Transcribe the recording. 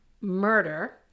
murder